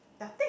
nothing